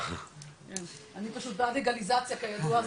--- [אני פשוט בעד לגליזציה כידוע.